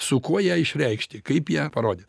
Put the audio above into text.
su kuo ją išreikšti kaip ją parodyt